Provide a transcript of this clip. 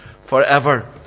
forever